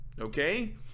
okay